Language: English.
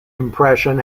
compression